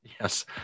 Yes